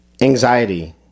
Anxiety